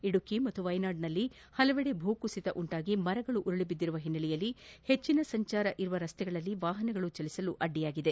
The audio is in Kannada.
ಇದುಕಿ ಮತ್ತು ವೈನಾಡ್ನಲ್ಲಿ ಹಲವೆಡೆ ಭೂಕುಸಿತ ಉಂಟಾಗಿ ಮರಗಳು ಉರುಳಿ ಬಿದ್ದಿರುವ ಹಿನ್ನೆಲೆಯಲ್ಲಿ ಹೆಚ್ಚಿನ ಸಂಚಾರವಿರುವ ರಸ್ತೆಗಳಲ್ಲಿ ವಾಹನಗಳು ಚಲಿಸಲು ಅಡ್ಡಿಯಾಗಿದೆ